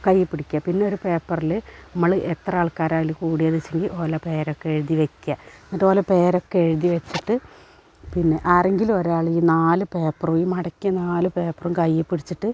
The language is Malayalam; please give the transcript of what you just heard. കൈ പിടിക്കുക പിന്നൊരു പേപ്പറിൽ നമ്മൾ എത്ര ആൾക്കാരാണ് അതിൽ കൂടിയേച്ചെങ്കിൽ ഓലെ പേരൊക്കെ എഴുതി വെയ്ക്കുക എന്നിട്ടോലെ പേരൊക്കെ എഴുതി വെച്ചിട്ടു പിന്നെ ആരെങ്കിലും ഒരാളീ നാലു പേപ്പർ ഈ മടക്കിയ നാല് പേപ്പറും കൈപ്പിടിച്ചിട്ട്